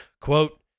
Quote